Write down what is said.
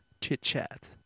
chit-chat